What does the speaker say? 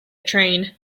train